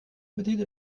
betyder